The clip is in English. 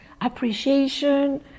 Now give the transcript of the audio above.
appreciation